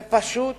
זה פשוט